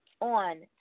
On